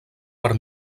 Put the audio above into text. per